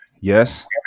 Yes